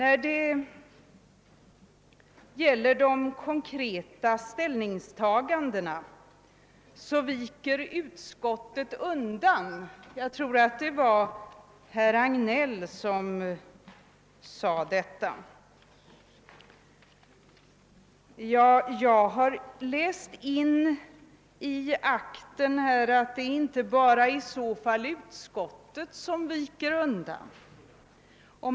Jag tror det var herr Hagnell som sade att utskottet viker undan för de konkreta ställningstagandena. I så fall är det inte bara utskottet som viker undan.